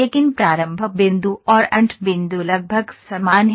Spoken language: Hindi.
लेकिन प्रारंभ बिंदु और अंत बिंदु लगभग समान हैं